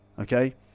okay